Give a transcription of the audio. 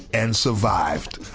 and survived.